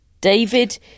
David